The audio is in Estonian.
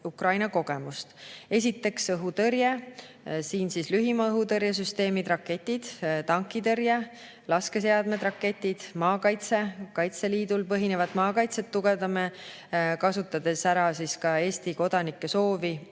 Ukraina kogemust. Esiteks, õhutõrje: lühimaa õhutõrje süsteemid, raketid. Tankitõrje: laskeseadmed, raketid. Maakaitse: Kaitseliidul põhinevat maakaitset tugevdame, kasutades ära ka Eesti kodanike soovi